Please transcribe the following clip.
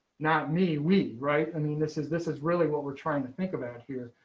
not me. we right i mean this is this is really what we're trying to think about here.